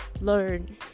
learn